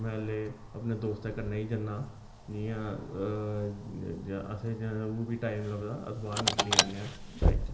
में हल्ले अपने दोस्तें कन्नै ई जन्ना जि'यां असें ओह् बी टाइम लभदा अस बाह्र निकली जन्ने आं बाइक च